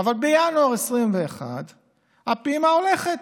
אבל בינואר 2021 הפעימה הולכת,